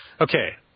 Okay